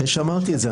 אחרי שאמרתי את זה,